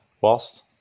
Whilst